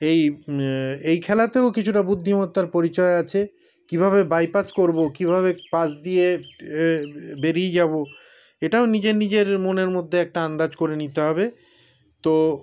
এই এই খেলাতেও কিছুটা বুদ্ধিমত্তার পরিচয় আছে কীভাবে বাইপাস করব কীভাবে পাস দিয়ে বেরিয়ে যাব এটাও নিজের নিজের মনের মধ্যে একটা আন্দাজ করে নিতে হবে তো